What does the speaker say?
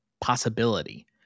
Possibility